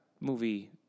movie